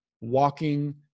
walking